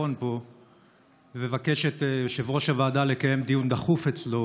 והביטחון פה ואבקש את יושב-ראש הוועדה לקיים דיון דחוף אצלו